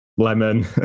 lemon